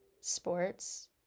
sports